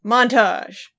Montage